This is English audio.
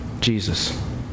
Jesus